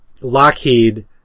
Lockheed